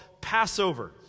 Passover